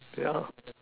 yeah